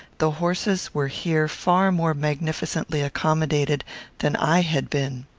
the horses were here far more magnificently accommodated than i had been.